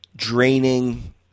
draining